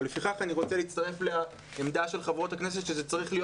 ולפיכך אני רוצה להצטרף לעמדת חברות הכנסת שזה צריך להיות